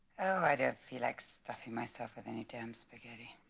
oh i do feel like stuffing myself with any damn spaghetti